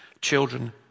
children